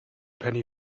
penny